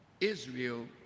Israel